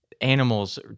animals